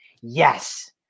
yes